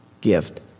gift